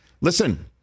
Listen